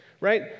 Right